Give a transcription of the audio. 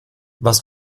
was